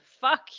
fuck